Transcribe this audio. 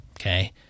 Okay